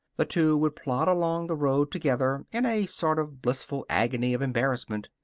the two would plod along the road together in a sort of blissful agony of embarrassment.